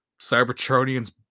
Cybertronians